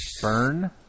Burn